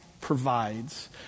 provides